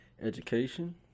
education